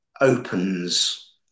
opens